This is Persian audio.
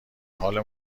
حال